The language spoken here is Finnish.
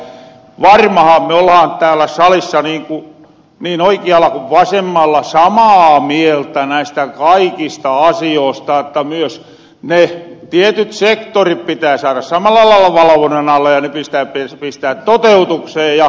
varmahan me ollahan täällä salissa niin oikealla ku vasemmalla samaa mieltä näistä kaikista asioosta että myös ne tietyt sektorit pitää saada samalla lailla valvonnan alle ja ne pitäisi pistää toteutukseen